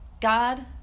God